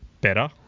better